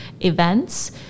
events